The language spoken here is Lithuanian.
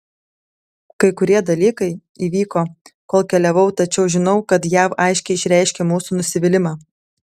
kai kurie dalykai įvyko kol keliavau tačiau žinau kad jav aiškiai išreiškė mūsų nusivylimą